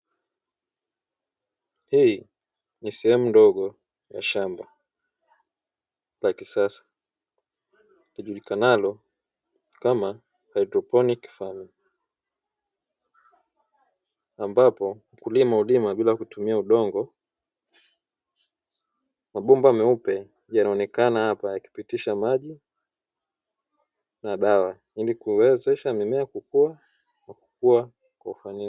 Hii ni sehemu ndogo ya shamb la kisasa ijulikanayo kama haidroponiki farming. Ambapo mkulima hulima bila kutumia udongo. mabomba meupe yanaonekana hapa yakipitisha maji na dawa. Ili kuwezesha mimea kukuwa kwa ufasaha.